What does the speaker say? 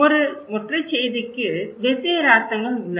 ஒரு ஒற்றைச் செய்திக்கு வெவ்வேறு அர்த்தங்கள் உள்ளன